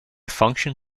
function